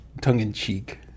tongue-in-cheek